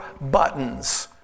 buttons